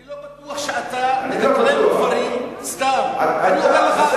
אני אומר לך נתונים, 100,000 בתים ניזוקו.